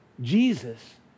jesus